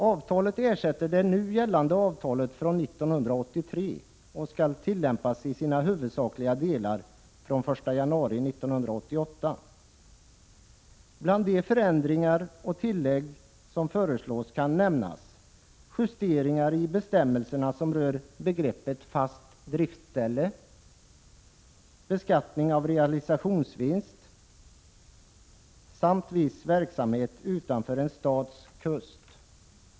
Avtalet ersätter det nu gällande avtalet från 1983 och skall tillämpas i sina huvudsakliga delar från den 1 januari 1988. Bland de förändringar och tillägg som föreslås kan nämnas justeringar i bestämmelserna som rör begreppet fast driftställe, beskattning av realisationsvinst samt viss verksamhet utanför en stats kust.